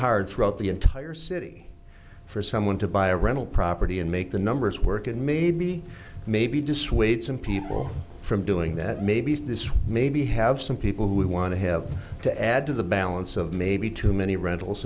hard throughout the entire city for someone to buy a rental property and make the numbers work and maybe maybe dissuade some people from doing that maybe this maybe have some people who want to have to add to the balance of maybe too many rentals